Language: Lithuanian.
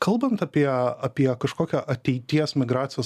kalbant apie apie kažkokią ateities migracijos